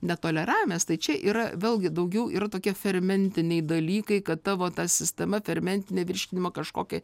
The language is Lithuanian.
netoleravimas tai čia yra vėlgi daugiau yra tokie fermentiniai dalykai kad tavo ta sistema fermentinė virškinimo kažkokia